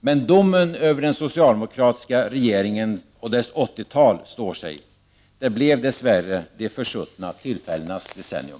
Men domen över den socialdemokratiska rege ringen och dess 80-tal står sig. Det blev dess värre De försuttna tillfällenas decennium.